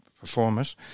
performers